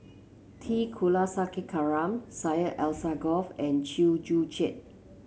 T Kulasekaram Syed Alsagoff and Chew Joo Chiat